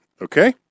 Okay